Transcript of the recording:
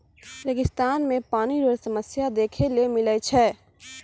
रेगिस्तान मे पानी रो समस्या देखै ले मिलै छै